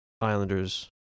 Islanders